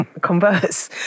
converse